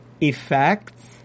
effects